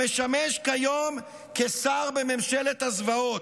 המשמש כיום כשר בממשלת הזוועות.